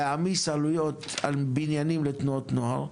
להעמיס עלויות על בניינים לתנועות נוער,